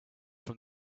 from